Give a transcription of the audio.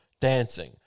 dancing